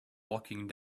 walking